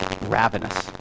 ravenous